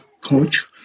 Coach